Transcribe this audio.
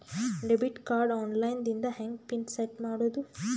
Debit card online ದಿಂದ ಹೆಂಗ್ pin set ಮಾಡೋದು?